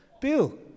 Bill